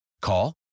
Call